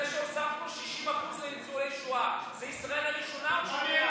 זה שהוספנו 60% לניצולי שואה זה ישראל הראשונה או השנייה?